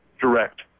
direct